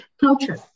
culture